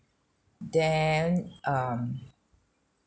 then um